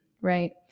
right